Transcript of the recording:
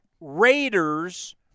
Raiders